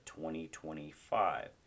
2025